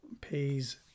pays